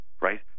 right